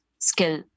skill